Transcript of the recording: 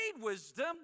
wisdom